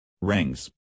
Rings